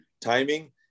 Timing